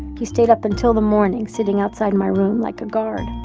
he stayed up until the morning, sitting outside my room like a guard